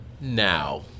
now